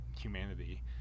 humanity